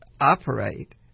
operate